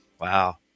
Wow